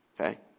Okay